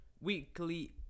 weekly